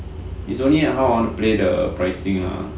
is only on how I want play the pricing lah